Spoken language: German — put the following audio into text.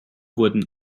wurden